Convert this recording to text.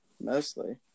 mostly